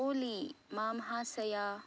ओली मां हासय